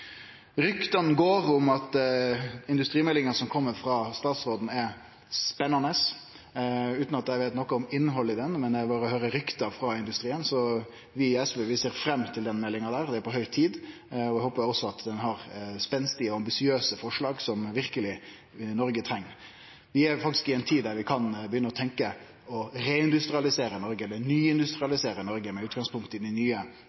Rykta går om at industrimeldinga som kjem frå statsråden, er spennande, utan at eg veit noko om innhaldet i den. Eg berre høyrer rykte frå industrien. Så vi i SV ser fram til meldinga – det er på høg tid. Eg håpar også at den har spenstige og ambisiøse forslag som Noreg verkeleg treng. Vi er faktisk i ei tid der vi kan begynne å tenkje på å reindustrialisere Noreg, nyindustrialisere Noreg, med utgangspunkt i dei nye